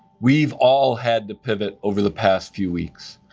we've all had to pivot over the past few weeks,